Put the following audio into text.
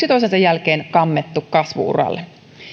toisensa jälkeen kammettu kasvu uralle